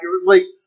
accurately